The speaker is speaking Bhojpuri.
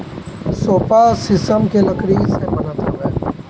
सोफ़ा शीशम के लकड़ी से बनत हवे